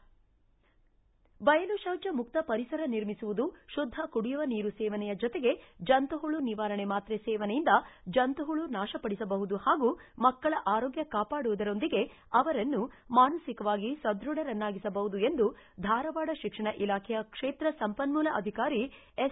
ಬಯಲು ಶೌಜ ಮುಕ್ತ ಪರಿಸರ ನಿರ್ಮಿಸುವುದು ಶುದ್ದ ಕುಡಿಯುವ ನೀರು ಸೇವನೆಯ ಜೊತೆಗೆ ಜಂಶುಹುಳು ನಿವಾರಣೆ ಮಾತ್ರೆ ಸೇವನೆಯಿಂದ ಜಂತುಹುಳು ನಾಶಪಡಿಸಬಹುದು ಹಾಗೂ ಮಕ್ಕಳ ಆರೋಗ್ಯ ಕಾಪಾಡುವುದರೊಂದಿಗೆ ಅವರನ್ನು ಮಾನಸಿಕವಾಗಿ ಸಧ್ಯಢರನ್ನಾಗಿಸಬಹುದು ಎಂದು ಧಾರವಾಡ ಶಿಕ್ಷಣ ಇಲಾಖೆಯ ಕ್ಷೇತ್ರ ಸಂಪನ್ಮೂಲ ಅಧಿಕಾರಿ ಎಸ್